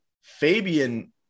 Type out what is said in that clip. Fabian